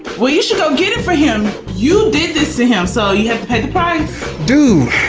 well you should go get it for him! you did this to him so you have to pay the price. dude!